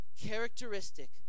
characteristic